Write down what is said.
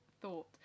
thought